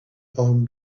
palm